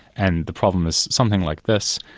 and the problem is something like this.